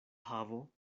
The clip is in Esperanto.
havo